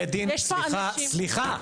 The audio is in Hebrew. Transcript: בבין דין --- יש פה אנשים --- סליחה.